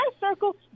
circle